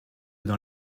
dans